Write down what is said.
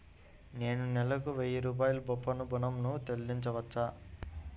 నేను నెలకు వెయ్యి రూపాయల చొప్పున ఋణం ను చెల్లించవచ్చా?